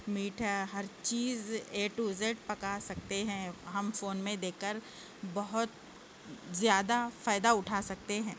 میٹھا ہر چیز اے ٹو زیڈ پکا سکتے ہیں ہم فون میں دیکھ کر بہت زیادہ فائدہ اٹھا سکتے ہیں